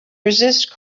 resist